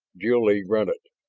jil-lee grunted.